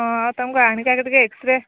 ଆଉ ତାଙ୍କୁ ଆଣିକି ଆଗେ ଟିକେ ଏକ୍ସରେ